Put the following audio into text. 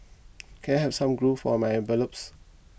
can I have some glue for my envelopes